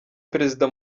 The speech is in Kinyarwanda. perezida